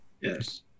yes